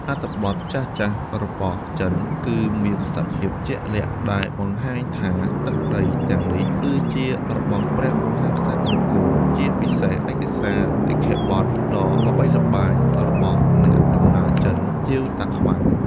អត្ថបទចាស់ៗរបស់ចិន គឺមានសភាពជាក់លាក់ដែលបង្ហាញថា ទឹកដី ទាំងនេះគឺជារបស់ព្រះមហាក្សត្រអង្គរ ជាពិសេសឯកសារនិក្ខេបបទដ៏ល្បីល្បាញ របស់អ្នកដំណើរចិន ជៀវតាក្វាន់ ។